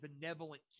benevolent